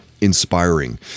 inspiring